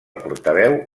portaveu